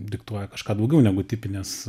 diktuoja kažką daugiau negu tipinės